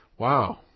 Wow